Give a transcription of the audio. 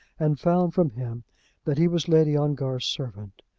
and found from him that he was lady ongar's servant.